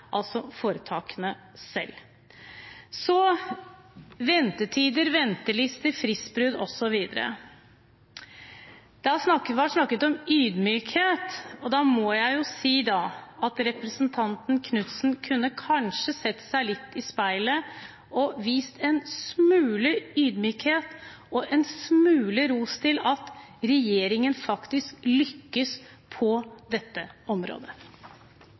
altså foretakene selv. Så til ventetider, ventelister, fristbrudd osv. – og det har vært snakket om ydmykhet. Da må jeg si at representanten Knutsen kanskje kunne sett seg litt i speilet og vist en smule ydmykhet og gitt en smule ros til det at regjeringen faktisk lykkes på dette området.